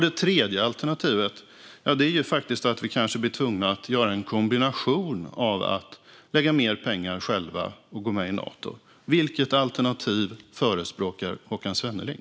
Det tredje alternativet är att vi kanske blir tvungna att göra en kombination av att lägga mer pengar själva och gå med i Nato. Vilket alternativ förespråkar Håkan Svenneling?